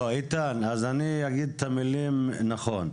לא, איתן, אז אני אגיד את המילים נכון,